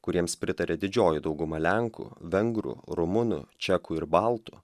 kuriems pritarė didžioji dauguma lenkų vengrų rumunų čekų ir baltų